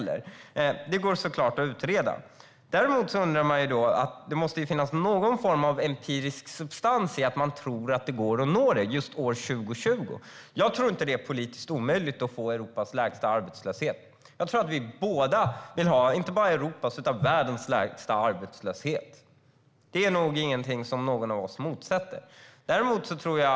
Men detta går såklart att utreda. Man undrar då vad det finns för empirisk substans i att tro att det går att nå målet just till år 2020. Jag tror inte att det är politiskt omöjligt att få Europas lägsta arbetslöshet. Jag tror att vi båda vill ha inte bara Europas utan världens lägsta arbetslöshet. Det är nog ingenting som någon av oss motsätter sig.